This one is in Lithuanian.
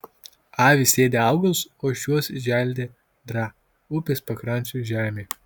avys ėdė augalus o šiuos želdė draa upės pakrančių žemė